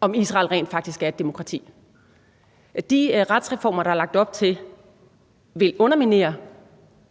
om Israel rent faktisk er et demokrati. De retsreformer, der er lagt op til, vil underminere